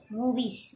movies